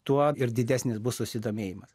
tuo ir didesnis bus susidomėjimas